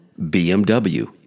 BMW